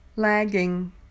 Lagging